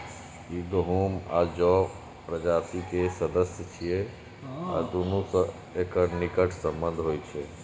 ई गहूम आ जौ प्रजाति के सदस्य छियै आ दुनू सं एकर निकट संबंध होइ छै